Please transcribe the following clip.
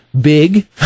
big